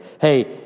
Hey